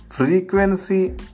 Frequency